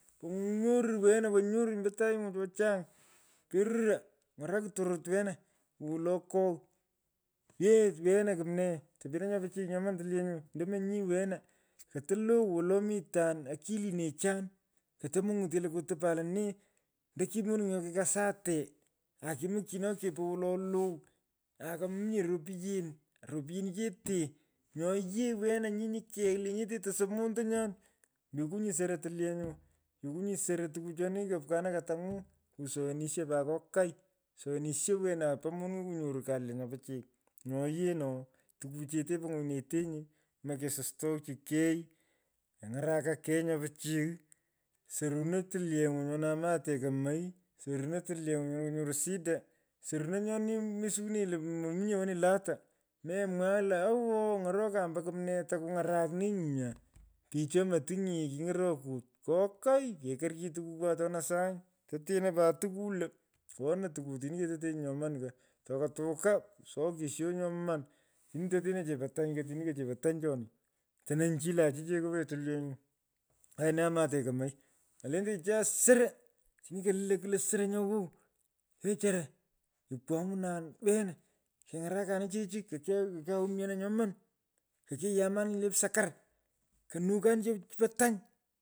Kuny’nyoru weno lwo nyoru ombo toghing’u cho chany. kururo. kuny’orokin tororot wena walo kogh yeech wenu kumnee topeno nyo pichiy nyoman tilyenyu. Ndomoi nyi wena koto lou wolo mitan akilinecha koto munyutenyee lo ketopan lonee. ondoki ki munung nyoki kusute aki muchino kopey wolo lou aka muminye ropyen. ropyeni chote. nyo yee wena nyi nyu kegh lenyete to sop montonyan. Ayokuny soro tuliyenyuu. yokunyi soro tukuchoni kapkana kutuny’u. kusoyonisho pa kokai wena apa moniny’eku nyetu kalya nyo pichiy. Nyo yee no. tukuu chete po ny’winyineteny mokesostochiy kei. keny’ara kei nyo pichiy. soruno tilyeny’u nyona amate kemei. soruno tilyeng’u nyo konyeru shida. soruno nyoni mesuwinenyi lo mominye woni lota. Memwagh lo awoo ng’erokon ombo kumnee toku ng’arak nee nyuu nyaa. Kicho motiny nye kiny’orokut kokai kekorchinyi tukukuu oteno sunyi. toteno pat tukuu lo. pkeney tukuu atini ketetenyi nyoman ko. toko tukaa sikisho nyoman. otini tetenenyi chepo tany ko chini lo chepo tany choni. itononyi chi lo ochi cheko wee tilyenyu ai )ne amate kemei. molentei nyu chichai soro. otini kelo kwule soro nyo wow. wechara. akwony’unan wenaa. keny’arakanin chechi kokyaa kokyaa umianan nyoman. kokiyamanin nyini le psakat konokanin chechu po tany.